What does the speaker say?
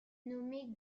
nommés